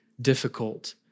difficult